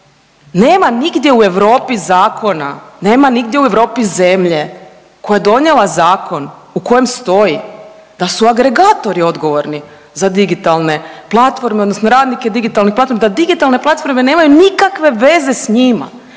Nema nigdje u Europi zakona, nema nigdje u Europi zemlje koja je donijela zakon u kojem stoji da su agregatori odgovorni za digitalne platforme, odnosno radnike digitalnih platformi, da digitalne platforme nemaju nikakve veze sa njima.